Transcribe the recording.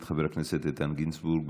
את חבר הכנסת איתן גינזבורג,